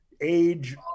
age